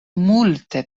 multe